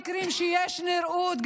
במקרים שיש נראות,